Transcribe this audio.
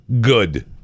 Good